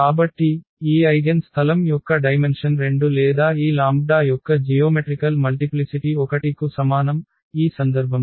కాబట్టి ఈ ఐగెన్ స్థలం యొక్క డైమెన్షన్ 2 లేదా ఈ λ యొక్క జియోమెట్రికల్ మల్టిప్లిసిటి 1 కు సమానం ఈ సందర్భంలో